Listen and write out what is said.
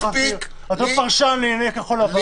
אתה לא פרשן לענייני כחול לבן.